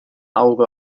auge